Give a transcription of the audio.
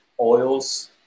oils